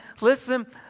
Listen